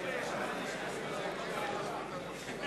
רבותי, מייד בתום